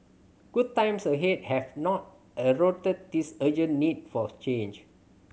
good times ahead have not eroded this urgent need for change